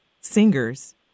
singers